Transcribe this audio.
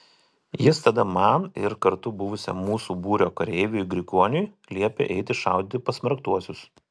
jis tada man ir kartu buvusiam mūsų būrio kareiviui grigoniui liepė eiti šaudyti pasmerktuosius